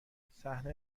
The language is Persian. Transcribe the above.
صحنه